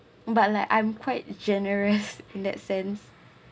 but like I'm quite generous in that sense